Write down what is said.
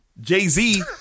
Jay-Z